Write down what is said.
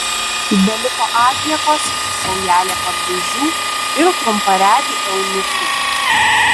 beliko atliekos saujelė padlaižių ir trumparegių eunuchų